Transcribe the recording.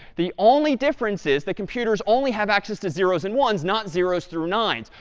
the only difference is that computers only have access to zeros and ones, not zeros through nines.